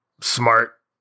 smart